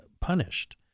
punished